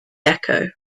echo